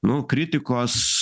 nu kritikos